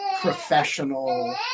professional